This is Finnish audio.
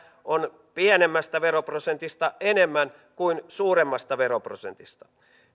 on pienemmästä veroprosentista enemmän kuin suuremmasta veroprosentista